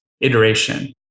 iteration